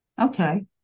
okay